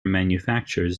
manufactures